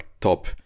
top